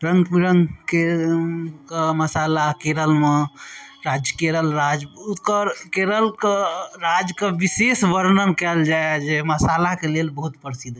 रङ्ग बिरङ्गके मसाला केरलमे राज्य केरल राज्य ओकर केरलके राजके बिशेष बर्णन कयल जाय मसालाके लेल बहुत प्रसिद्ध छै